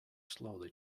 slowly